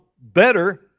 better